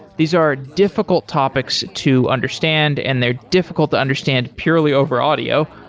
these are difficult topics to understand and they're difficult to understand purely over audio.